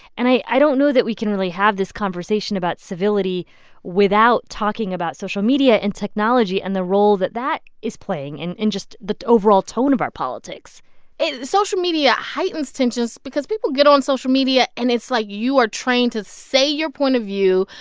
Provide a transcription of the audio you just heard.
and i don't know that we can really have this conversation about civility without talking about social media and technology and the role that that is playing in just the overall tone of our politics social media heightens tensions because people get on social media, and it's like you are trained to say your point of view,